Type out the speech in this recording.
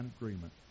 agreement